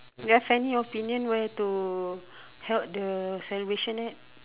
you have any opinion where to held the celebration at